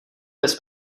bez